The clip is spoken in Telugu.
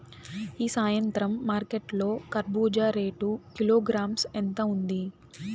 ఈ సాయంత్రం మార్కెట్ లో కర్బూజ రేటు కిలోగ్రామ్స్ ఎంత ఉంది?